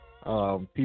people